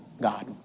God